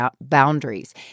boundaries